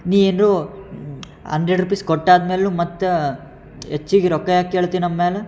ನೀನು hundred rupees ಕೊಟ್ಟು ಆದ್ಮೇಲೂ ಮತ್ತು ಹೆಚ್ಚಿಗೆ ರೊಕ್ಕ ಯಾಕೆ ಕೇಳ್ತಿ ನಮ್ಮ ಮ್ಯಾಲ